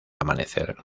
amanecer